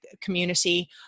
community